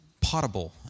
potable